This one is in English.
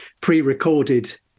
pre-recorded